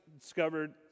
discovered